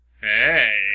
Hey